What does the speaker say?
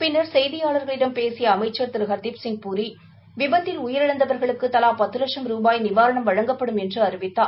பின்னர் செய்தியாளர்களிடம் பேசிய அமைச்சர் திரு ஹர்தீப் சிங் பூரி விபத்தில் உயிரிழந்தவர்களுக்கு தலா பத்து லட்சும் ரூபாய் நிவாரணம் வழங்கப்படும் என்று அழிவித்தார்